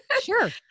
Sure